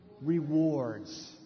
Rewards